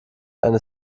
eine